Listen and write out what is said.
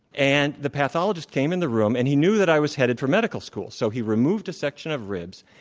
and the pathologist came in the room, and he knew that i was headed for medical school. so he removed a section of ribs,